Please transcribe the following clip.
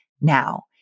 now